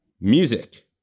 Music